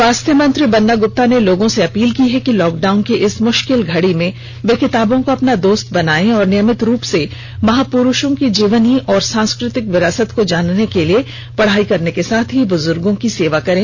स्वास्थ्य मंत्री बन्ना ग्रप्ता ने लोगों से अपील की है कि लॉकडाउन की इस मुश्किल घड़ी में वे किताबों को अपना दोस्त बनाएं और नियमित रुप से महापुरुषों की जीवन और सांस्कृतिक विरासत को जानने के लिए पढ़ाई करने के साथ बुजुर्गों की सेवा कर्रे